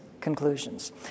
conclusions